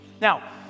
Now